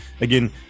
Again